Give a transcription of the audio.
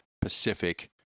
Pacific